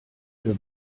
für